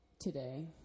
today